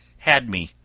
had me,